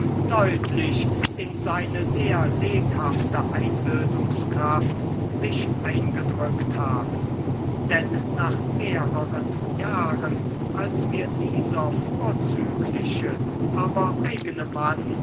deutlich in seine sehr lebhafte einbildungskraft sich eingedrückt haben denn nach mehreren jahren als mir dieser vorzügliche aber eigene mann